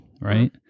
right